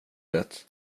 det